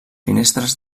finestres